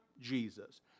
Jesus